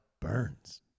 Burns